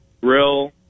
Grill